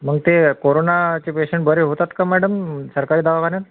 मग ते कोरोनाचे पेशंट बरे होतात का मॅडम सरकारी दवाखान्यात